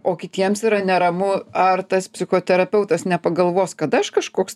o kitiems yra neramu ar tas psichoterapeutas nepagalvos kad aš kažkoks